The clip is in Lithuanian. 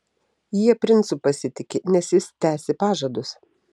jie princu pasitiki nes jis tesi pažadus